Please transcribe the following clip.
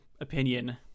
opinion